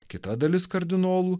kita dalis kardinolų